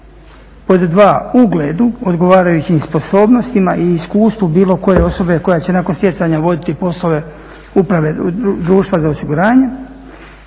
pod dva ugledu, odgovarajućim sposobnostima i iskustvu bilo koje osobe koja će nakon stjecanja voditi poslove uprave društva za osiguranje